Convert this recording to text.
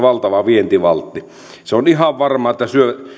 valtava vientivaltti se on ihan varmaa että